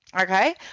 Okay